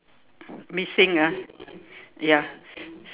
missing ah ya